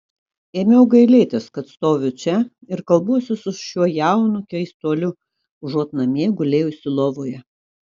ėmiau gailėtis kad stoviu čia ir kalbuosi su šiuo jaunu keistuoliu užuot namie gulėjusi lovoje